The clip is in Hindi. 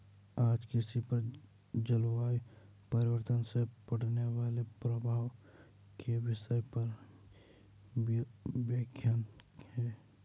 आज कृषि पर जलवायु परिवर्तन से पड़ने वाले प्रभाव के विषय पर व्याख्यान है